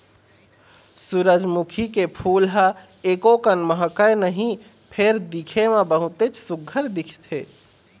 सूरजमुखी के फूल ह एकोकन महकय नहि फेर दिखे म बहुतेच सुग्घर दिखथे